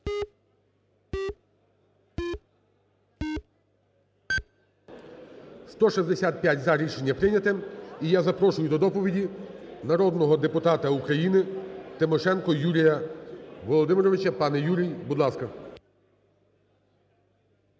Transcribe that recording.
За-165 Рішення прийнято. І я запрошую до доповіді народного депутата України Тимошенко Юрія Володимировича. Пане Юрій, будь ласка.